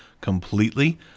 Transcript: completely